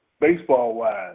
baseball-wise